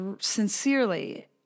sincerely